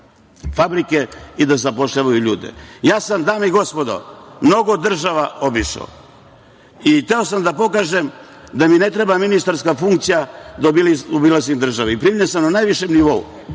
fabrike i da zapošljavaju ljude. Ja sam, dame i gospodo, mnogo država obišao i hteo sam da pokažem da mi ne treba ministarske funkcija da obilazim države i primljen sam na najvišem nivou.